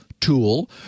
tool